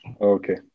Okay